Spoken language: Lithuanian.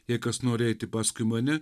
jei kas nori eiti paskui mane